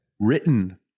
written